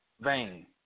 vein